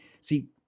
See